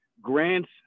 grants